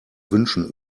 wünschen